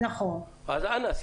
אז אנא,